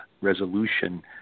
resolution